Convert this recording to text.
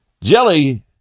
Jelly